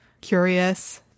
curious